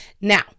Now